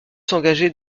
s’engager